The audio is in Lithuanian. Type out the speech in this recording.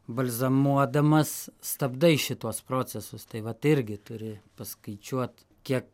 balzamuodamas stabdai šituos procesus tai vat irgi turi paskaičiuot kiek